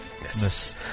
Yes